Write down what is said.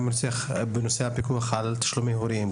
גם בנושא הפיקוח על תשלומי הורים,